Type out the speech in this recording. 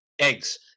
eggs